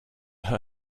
her